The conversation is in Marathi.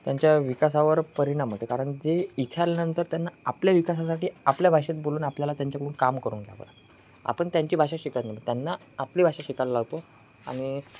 त्यांच्या विकासावर परिणाम होते कारण जे इथे आल्यानंतर त्यांना आपल्या विकासासाठी आपल्या भाषेत बोलून आपल्याला त्यांच्याकडून काम करून घ्यावं लागतं आपण त्यांची भाषा शिकत नाही त्यांना आपली भाषा शिकायला लावतो आणि